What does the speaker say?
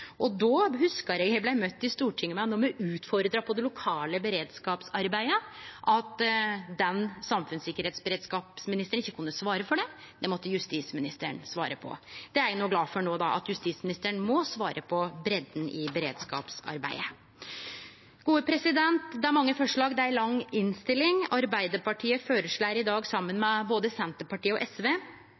og eg hugsar at eg blei møtt med i Stortinget, då me utfordra på det lokale beredskapsarbeidet, at den samfunnssikkerheits- og beredskapsministeren ikkje kunne svare for det – det måtte justisministeren svare på. Det er eg glad for no, at justisministeren må svare på breidda i beredskapsarbeidet. Det er mange forslag, det er ei lang innstilling. Arbeidarpartiet føreslår i dag saman med både Senterpartiet og SV